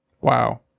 Wow